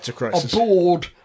aboard